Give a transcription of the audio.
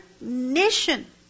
nation